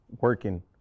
working